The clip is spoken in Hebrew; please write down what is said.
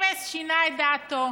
אפס, שינה את דעתו,